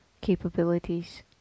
capabilities